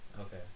Okay